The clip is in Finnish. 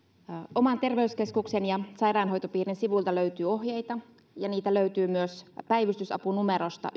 oman terveyskeskuksen ja sairaanhoitopiirin sivuilta löytyy ohjeita ja niitä löytyy myös päivystysapunumerosta